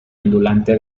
ondulante